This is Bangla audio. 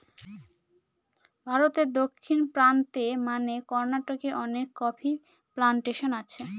ভারতে দক্ষিণ প্রান্তে মানে কর্নাটকে অনেক কফি প্লানটেশন আছে